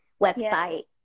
website